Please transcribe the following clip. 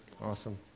Awesome